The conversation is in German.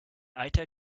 eiter